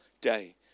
day